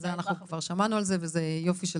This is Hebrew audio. את זה אנחנו שמענו על זה וזה יופי של